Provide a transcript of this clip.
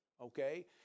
okay